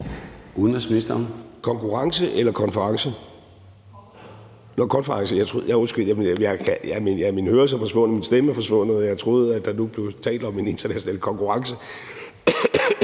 Konference). Nå, det var konference. Undskyld, men min hørelse er forsvundet, min stemme er forsvundet, og jeg troede, at der nu blev talt om en international konkurrence.